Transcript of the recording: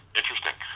interesting